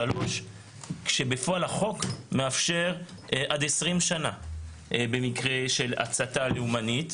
שלוש שבפועל החוק מאפשר עד 20 שנה במקרה של הצתה לאומנית,